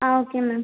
ah okay ma'am